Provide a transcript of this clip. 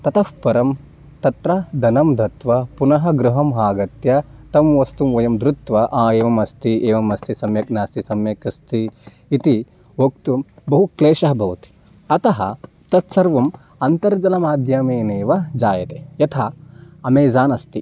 ततः परं तत्र धनं दत्वा पुनः गृहम् आगत्य तत् वस्तु वयं धृत्वा आ एवम् अस्ति एवमस्ति सम्यक् नास्ति सम्यक् अस्ति इति वक्तुं बहु क्लेशः भवति अतः तत्सर्वम् अन्तर्जलमाध्यमेनैव जायते यथा अमेज़ान् अस्ति